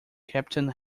captain